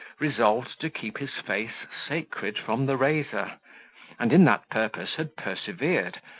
resolved to keep his face sacred from the razor and in that purpose had persevered,